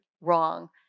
wrong